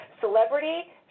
celebrity